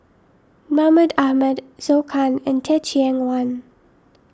Mahmud Ahmad Zhou Can and Teh Cheang Wan